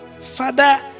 Father